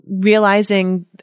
realizing